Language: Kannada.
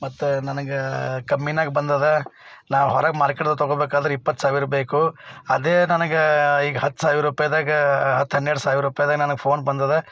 ಮತ್ತೆ ನನಗೆ ಕಮ್ಮಿನಾಗ ಬಂದಿದೆ ನಾವು ಹೊರಗೆ ಮಾರ್ಕೆಟಲ್ಲಿ ತಗೊಳ್ಬೇಕಾದ್ರೆ ಇಪ್ಪತ್ತು ಸಾವಿರ ಬೇಕು ಅದೇ ನನಗೆ ಈಗ ಹತ್ತು ಸಾವಿರ ರೂಪಾಯ್ದಾಗ ಹತ್ತು ಹನ್ನೆರಡು ಸಾವಿರ ರೂಪಾಯ್ದಾಗ ನನಗೆ ಫೋನ್ ಬಂದಿದೆ